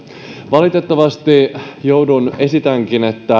valitettavasti